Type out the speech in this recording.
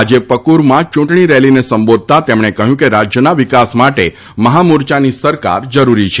આજે પ્રફરમાં ચૂંટણીરેલીને સંબોધતાં તેમણે કહ્યું કે રાજયના વિકાસ માટે મહામોરચાની સરકાર જરૂરી છે